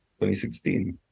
2016